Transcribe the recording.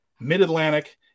Mid-Atlantic